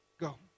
go